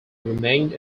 remained